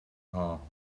haar